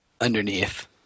underneath